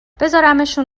بزارمشون